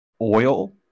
oil